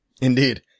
Indeed